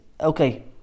okay